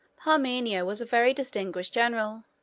parmenio was a very distinguished general.